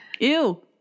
Ew